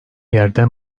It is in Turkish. yerde